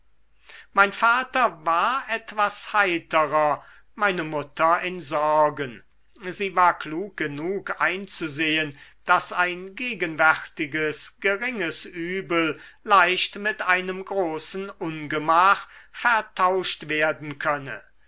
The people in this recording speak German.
mein vater war etwas heiterer meine mutter in sorgen sie war klug genug einzusehen daß ein gegenwärtiges geringes übel leicht mit einem großen ungemach vertauscht werden könne